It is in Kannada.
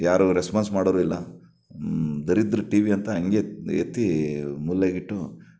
ಯಾರೂ ರೆಸ್ಪಾನ್ಸ್ ಮಾಡೋರು ಇಲ್ಲ ದರಿದ್ರ ಟಿವಿ ಅಂತ ಹಂಗೆ ಎತ್ತಿ ಮೂಲೆಗಿಟ್ಟು